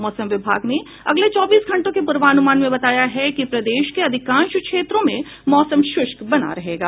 मौसम विभाग ने अगले चौबीस घंटों के पूर्वानुमान में बताया है कि प्रदेश के अधिकांश क्षेत्रों में मौसम शृष्क बना रहेगा